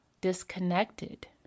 disconnected